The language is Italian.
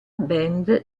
band